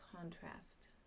contrast